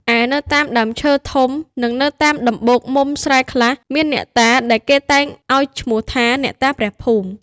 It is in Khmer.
ឯនៅតាមដើមឈើធំ និងនៅតាមដំបូកមុមស្រែខ្លះ មានអ្នកតាដែលគេតែងឱ្យឈ្មោះថា អ្នកតាព្រះភូមិ។